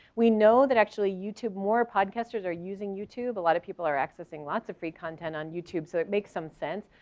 we know that actually youtube more podcasters are using youtube, a lot of people are accessing lots of free content on youtube so it makes some sense.